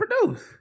produce